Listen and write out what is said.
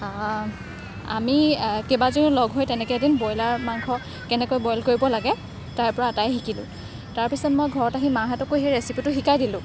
আমি কেইবাজনীয়ে লগ হৈ তেনেকৈ এদিন ব্ৰইলাৰ মাংস কেনেকৈ বইল কৰিব লাগে তাইৰ পৰা আটায়ে শিকিলোঁ তাৰপিছত মই ঘৰত আহি মাহঁতকো সেই ৰেচিপিটো শিকাই দিলোঁ